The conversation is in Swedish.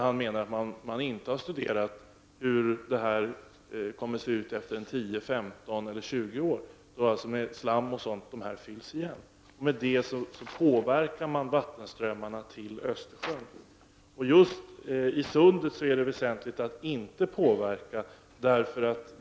Han menar att man inte har studerat hur det kommer att se ut efter 10, 15 eller 20 år då dessa håll fylls igen av slam och liknande. Genom denna åtgärd påverkar man vattenströmmarna till Östersjön. Just när det gäller Sundet är det väsentligt att inte påverka strömmarna.